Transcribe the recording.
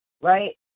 Right